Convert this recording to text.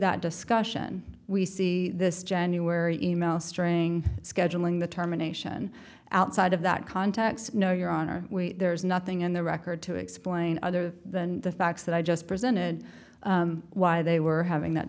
that discussion we see this january e mail string scheduling the terminations outside of that context no your honor there's nothing in the record to explain other than the facts that i just presented why they were having that